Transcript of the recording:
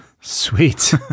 Sweet